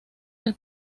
del